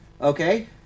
okay